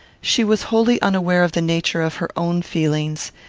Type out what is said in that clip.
she was wholly unaware of the nature of her own feelings,